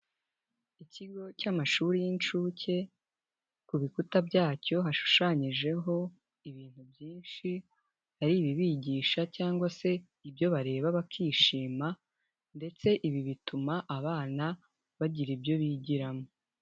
Ikigo cy'amashuri y'incuke, ku bikuta byacyo hashushanyijeho ibintu byinshi, ari ibibigisha cyangwa se ibyo bareba bakishima ndetse ibi bituma abana bagira ibyo bigiramo.